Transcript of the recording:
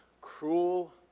cruel